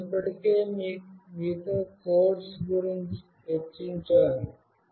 నేను ఇప్పటికే మీతో కోడ్స్ గురుంచి చర్చించాను